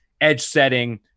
edge-setting